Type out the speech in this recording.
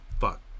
fuck